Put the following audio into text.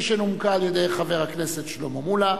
שנומקה על-ידי חבר הכנסת שלמה מולה.